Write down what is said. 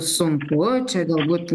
sunku čia galbūt